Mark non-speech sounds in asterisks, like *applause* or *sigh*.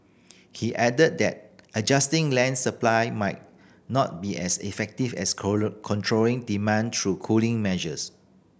he added that adjusting land supply might not be as effective as *unintelligible* controlling demand through cooling measures